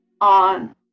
on